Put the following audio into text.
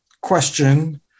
question